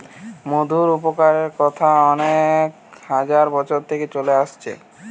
মধুর উপকারের কথা অনেক হাজার বছর থিকে চলে আসছে